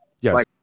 Yes